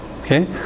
okay